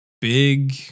big